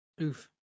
Oof